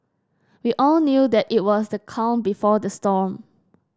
we all knew that it was the calm before the storm